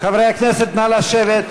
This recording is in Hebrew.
חברי הכנסת, נא לשבת.